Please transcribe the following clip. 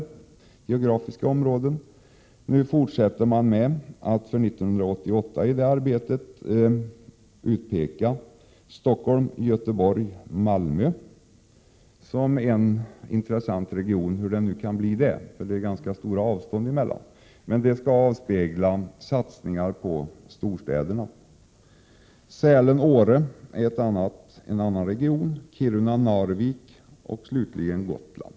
Nu fortsätter detta arbete och för 1988 utpekas Stockholm, Göteborg och Malmö som en intressant region — hur den nu kan bli det, för det är ganska stora avstånd mellan dessa orter. Men detta skall avspegla satsningar på storstäderna. Andra regioner är Sälen-Åre, Kiruna-Narvik och slutligen Gotland.